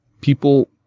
People